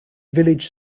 village